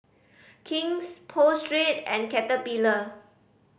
King's Pho Street and Caterpillar